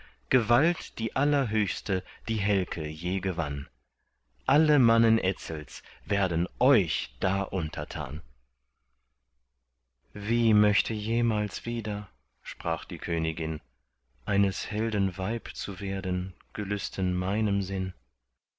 gewalt die allerhöchste die helke je gewann alle mannen etzels werden euch da untertan wie möchte jemals wieder sprach die königin eines helden weib zu werden gelüsten meinem sinn